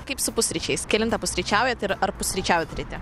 kaip su pusryčiais kelintą pusryčiaujat ir ar pusryčiaujat ryte